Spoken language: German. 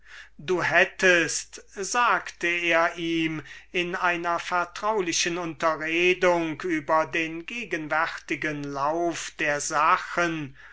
du hättest sagte er ihm in einer vertraulichen unterredung über den gegenwärtigen lauf der sachen